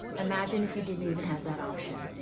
imagine if you didn't even have that option.